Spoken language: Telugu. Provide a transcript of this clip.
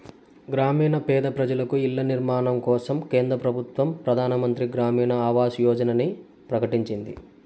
గ్రామీణ పేద పెజలకు ఇల్ల నిర్మాణం కోసరం కేంద్ర పెబుత్వ పెదానమంత్రి గ్రామీణ ఆవాస్ యోజనని ప్రకటించింది